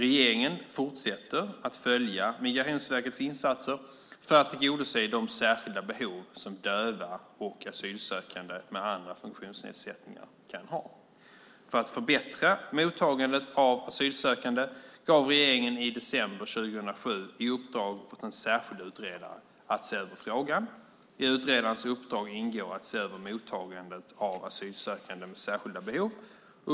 Regeringen fortsätter att följa Migrationsverkets insatser för att tillgodose de särskilda behov som döva och asylsökande med andra funktionsnedsättningar kan ha. För att förbättra mottagandet av asylsökande gav regeringen i december 2007 i uppdrag åt en särskild utredare att se över frågan . I utredarens uppdrag ingår att se över mottagandet av asylsökande med särskilda behov.